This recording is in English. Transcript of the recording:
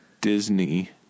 Disney